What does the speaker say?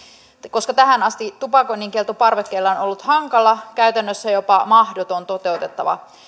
koska tähän asti tupakoinnin kielto parvekkeella on ollut hankala käytännössä jopa mahdoton toteutettava